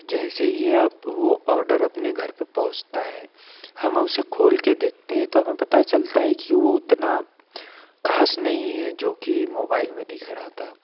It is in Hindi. जैसे ही आप वो ऑर्डर अपने घर पर पहुंचता है हम उसे खोल के देखते हैं तो हमें पता चलता है कि वो उतना खास नहीं है जो कि मोबाइल में दिख रहा था